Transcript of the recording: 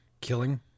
killing